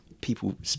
people